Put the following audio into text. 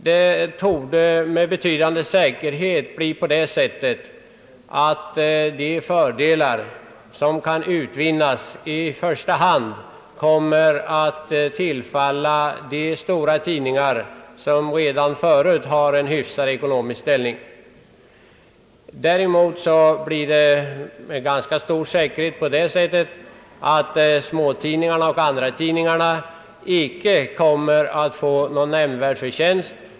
Det torde med stor säkerhet bli på det sättet att de fördelar som kan utvinnas i första hand kommer att tillfalla de stora tidningar som redan förut har en hyfsad ekonomisk ställning. Däremot blir det med ganska stor säkerhet på det sättet att småtidningarna och andratidningarna icke kommer att få någon nämnvärd förtjänst.